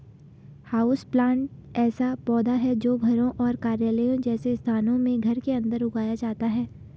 houseplant ऐसा पौधा है जो घरों और कार्यालयों जैसे स्थानों में घर के अंदर उगाया जाता है